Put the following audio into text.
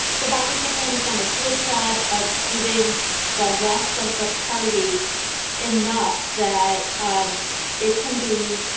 the biden campaign has done a good job of giving the left of the party enough that um it can be.